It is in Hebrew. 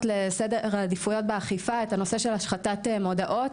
לסדר העדיפויות באכיפה את הנושא של החתת מודעות,